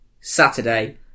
Saturday